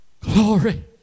Glory